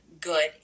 good